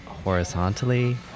horizontally